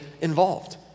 involved